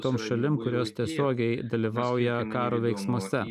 toms šalim kurios tiesiogiai dalyvauja karo veiksmuose